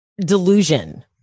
delusion